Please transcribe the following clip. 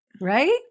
Right